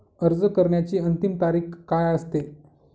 अर्ज करण्याची अंतिम तारीख काय असते?